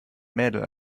mädel